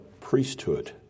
priesthood